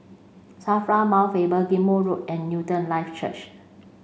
SAFRA Mount Faber Ghim Moh Road and Newton Life Church